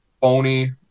phony